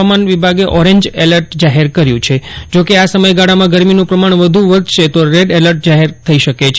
હવામાન વિભાગે orange alert જાહેર કર્યું છે જોકે આ જ સમયગાળામાં ગરમીનું પ્રમાણ વ્ધ વધશે તો રેડ એલર્ટ જાહેર થઈ શકે છે